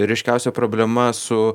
ryškiausia problema su